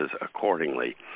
accordingly